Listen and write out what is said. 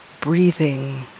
breathing